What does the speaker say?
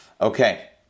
Okay